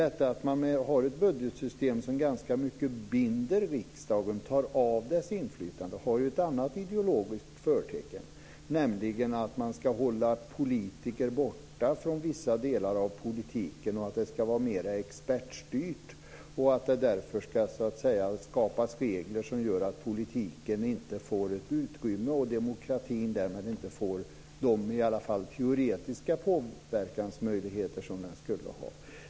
Detta att man har ett budgetsystem som ganska mycket binder riksdagen och tar av den dess inflytande har ju ett annat ideologiskt förtecken, nämligen att man ska hålla politiker borta från vissa delar av politiken och att den ska vara mera expertstyrd, och att det därför ska skapas regler som gör att politiken inte får ett utrymme och demokratin därmed inte får de i alla fall teoretiska påverkansmöjligheter som den skulle ha.